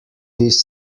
this